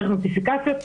דרך נוטיפיקציות.